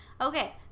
Okay